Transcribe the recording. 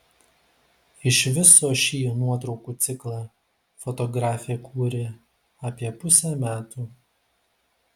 iš viso šį nuotraukų ciklą fotografė kūrė apie pusę metų